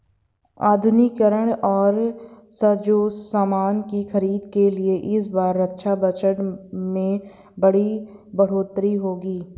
आधुनिकीकरण और साजोसामान की खरीद के लिए इस बार रक्षा बजट में बड़ी बढ़ोतरी होगी